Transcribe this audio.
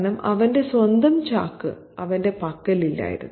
കാരണം അവന്റെ സ്വന്തം ചാക്ക് അവന്റെ പക്കൽ ഇല്ലായിരുന്നു